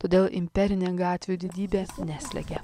todėl imperinė gatvių didybė neslegia